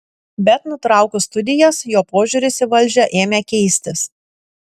bet nutraukus studijas jo požiūris į valdžią ėmė keistis